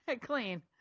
clean